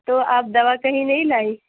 تو آپ دوا کہیں نہیں لائی